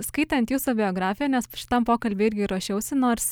skaitant jūsų biografiją nes šitam pokalbiui irgi ruošiausi nors